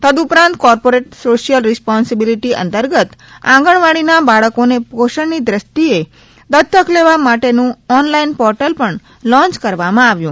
તદ્દઉપરાંત corporate social responsibility અંતર્ગત આંગણવાડીના બાળકોને પોષણની દ્રષ્ટિએ દત્તક લેવા માટેનું ઓનલાઇન પોર્ટલ પણ લોન્ય કરવામાં આવ્યુ